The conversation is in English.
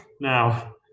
Now